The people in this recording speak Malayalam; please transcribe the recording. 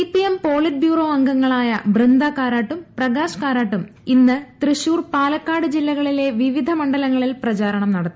സിപിഎം പോളിറ്റ് ബ്യൂറോ അംഗങ്ങളായ ബൃന്ദ കാരാട്ടും പ്രകാശ് കാരാട്ടും ഇന്ന് തൃശൂർ പാലക്കാട് ജില്ലകളിലെ വിവിധ മണ്ഡലങ്ങളിൽ പ്രചാരണം നടത്തി